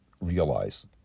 realize